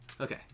okay